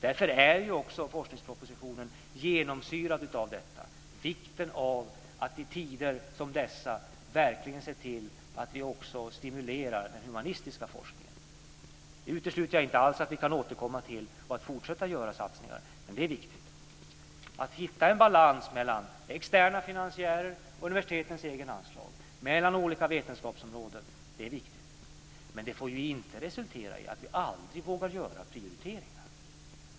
Därför är också forskningspropositionen genomsyrad av vikten av att i tider som dessa verkligen se till att vi också stimulerar den humanistiska forskningen. Jag utesluter inte alls att vi kan återkomma till det och fortsätta att göra satsningar. Det är viktigt att hitta en balans mellan externa finansiärer och universitetens egna anslag och mellan olika vetenskapsområden. Men det får inte resultera i att vi aldrig våra göra prioriteringar.